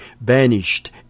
banished